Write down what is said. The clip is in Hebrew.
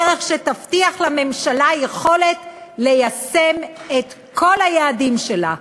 דרך שתבטיח לממשלה יכולת ליישם את כל היעדים שלה.